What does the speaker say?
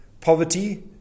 poverty